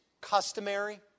customary